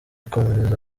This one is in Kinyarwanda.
komereza